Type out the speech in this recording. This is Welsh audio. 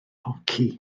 hoci